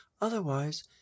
Otherwise